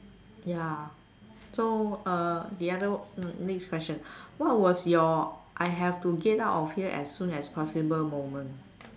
ya so uh the other next question what was your I have to get out of here as soon as possible moment